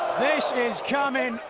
this is coming!